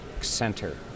center